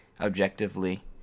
objectively